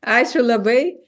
ačiū labai